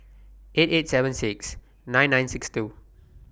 eight eight seven six nine nine six two